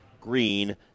green